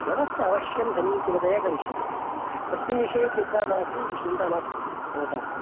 व्यवस्तावश्यं समीचिनतया करिष्यते तस्मिन् विषये चिन्ता मास्तु चिन्ता मास्तु भवतां